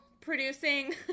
producing